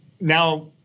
now